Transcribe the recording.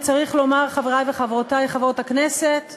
אותו עצמאי יוכל להיות זכאי במשך שלוש פעמים.